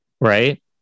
Right